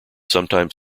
sometimes